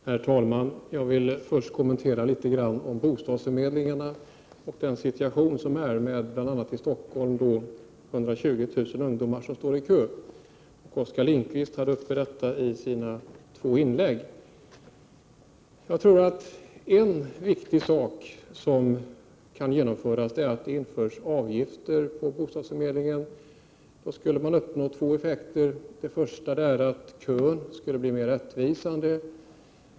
Herr talman! Jag vill först kommentera bostadsförmedlingarna och den situation som råder i Stockholm, där 120 000 ungdomar står i kö. Oskar Lindkvist tog upp detta i sina inlägg. En viktig åtgärd skulle vara att införa avgifter på bostadsförmedlingen. Då skulle man uppnå två effekter. För det första skulle kön bli mer rättvisande.